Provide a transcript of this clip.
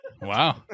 Wow